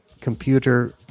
computer